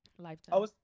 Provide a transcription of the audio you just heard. Lifetime